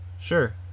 Sure